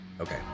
Okay